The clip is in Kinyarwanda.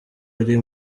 ari